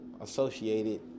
associated